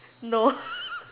no